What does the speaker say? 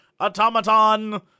Automaton